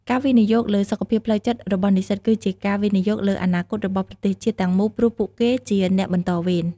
ការវិនិយោគលើសុខភាពផ្លូវចិត្តរបស់និស្សិតគឺជាការវិនិយោគលើអនាគតរបស់ប្រទេសជាតិទាំងមូលព្រោះពួកគេជាអ្នកបន្តវេន។